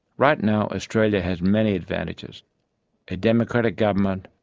right now australia has many advantages a democratic government,